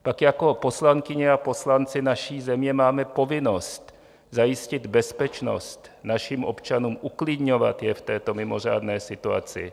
Pak jako poslankyně a poslanci naší země máme povinnost zajistit bezpečnost našim občanům, uklidňovat je v této mimořádné situaci.